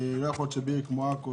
לא יכול להיות שבעיר כמו עכו,